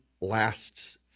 lasts